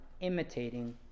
imitating